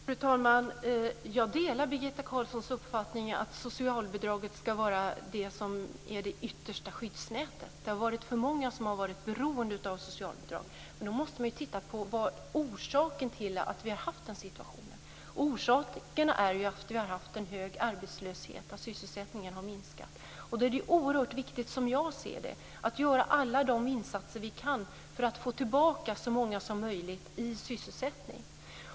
Fru talman! Jag delar Birgitta Carlssons uppfattning att socialbidraget ska vara det yttersta skyddsnätet. Det har varit för många som varit beroende av socialbidrag. Men man måste titta på orsaken till att vi haft den situationen. Orsaken är ju att vi har haft en hög arbetslöshet. Sysselsättningen har minskat. Därför är det oerhört viktigt, som jag ser det, att göra alla insatser vi kan för att få tillbaka så många som möjligt i sysselsättning.